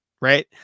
right